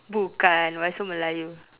bukan why so melayu